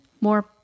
more